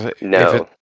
No